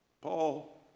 Paul